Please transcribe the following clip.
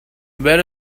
where